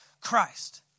Christ